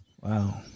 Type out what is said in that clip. Wow